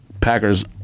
Packers